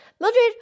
Mildred